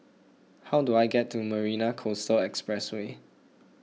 how do I get to Marina Coastal Expressway